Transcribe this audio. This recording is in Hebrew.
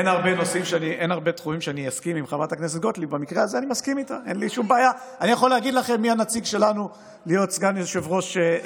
לא, אני לא --- לא, בסדר גמור.